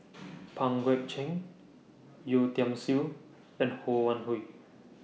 Pang Guek Cheng Yeo Tiam Siew and Ho Wan Hui